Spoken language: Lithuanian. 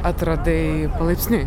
atradai palaipsniui